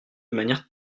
manière